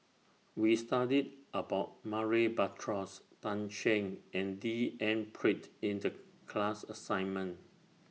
We studied about Murray Buttrose Tan Shen and D N Pritt in The class assignment